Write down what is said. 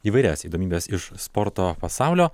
įvairias įdomybes iš sporto pasaulio